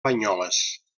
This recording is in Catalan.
banyoles